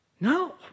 no